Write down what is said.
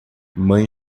mãe